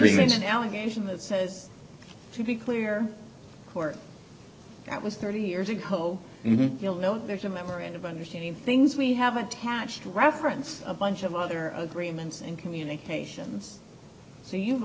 an allegation that says to be clear court that was thirty years ago you know there's a memorandum of understanding things we have attached reference a bunch of other agreements and communications so you've